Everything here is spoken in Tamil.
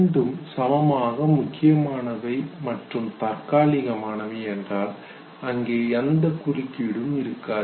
இரண்டும் சமமாக முக்கியமானவை மற்றும் தற்காலிகமானவை என்றால் அங்கே எந்த குறுக்கீடும் இருக்காது